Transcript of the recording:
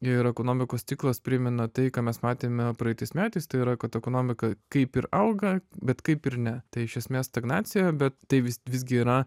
ir ekonomikos ciklas primena tai ką mes matėme praeitais metais tai yra kad ekonomika kaip ir auga bet kaip ir ne tai iš esmės stagnacija bet tai vis visgi yra